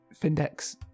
Findex